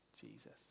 Jesus